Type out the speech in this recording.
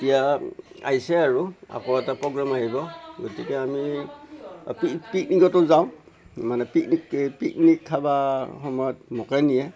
এতিয়া আহিছে আৰু আকৌ এটা প্ৰ'গ্ৰেম আহিব গতিকে আমি পিকনিকতো যাওঁ মানে পিকনিক পিকনিক খাবৰ সময়ত মোকে নিয়ে